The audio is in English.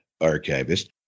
archivist